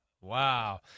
Wow